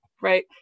right